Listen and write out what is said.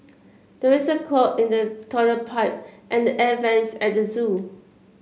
there is a clog in the toilet pipe and the air vents at the zoo